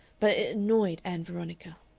but it annoyed ann veronica.